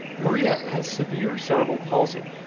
maria has severe cerebral palsy.